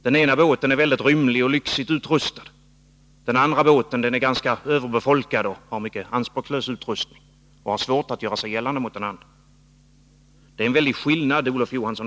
Den ena båten är väldigt rymlig och lyxigt utrustad. Den andra båten är ganska överbefolkad och har mycket anspråkslös utrustning och svårt att göra sig gällande mot den andra. Det är en väldig skillnad mellan båtarna, Olof Johansson.